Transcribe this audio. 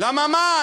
למה מה?